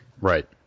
right